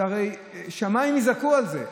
הרי השמיים יזעקו על זה.